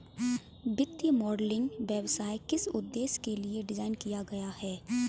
वित्तीय मॉडलिंग व्यवसाय किस उद्देश्य के लिए डिज़ाइन किया गया है?